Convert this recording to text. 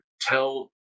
Tell